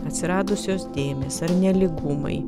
atsiradusios dėmės ar nelygumai